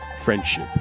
Friendship